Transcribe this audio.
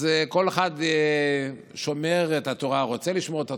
אז כל אחד שומר את התורה או רוצה לשמור את התורה,